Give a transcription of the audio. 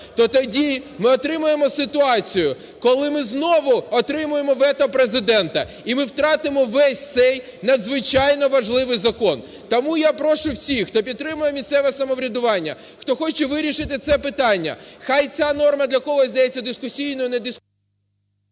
то тоді ми отримаємо ситуацію, коли ми знову отримаємо вето Президента, і ми втратимо весь цей надзвичайно важливий закон. Тому я прошу всіх, хто підтримує місцеве самоврядування, хто хоче вирішити це питання, хай ця норма для когось здається дискусійною, не дискусійною…